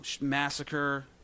massacre